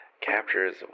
captures